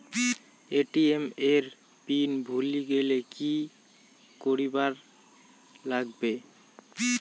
ATM এর PIN ভুলি গেলে কি করিবার লাগবে?